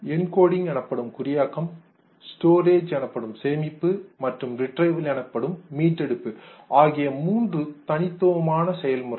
encoding குறியாக்கம் storage சேமித்தல் மற்றும் ரிட்ரைவல் மீட்டெடுப்பு ஆகிய மூன்றும் தனித்துவமான செயல்முறைகள்